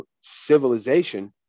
civilization